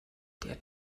der